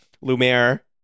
Lumiere